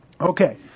Okay